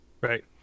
Right